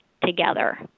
together